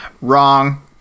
Wrong